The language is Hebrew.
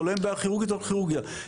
חולה בכירורגית בכירורגיה,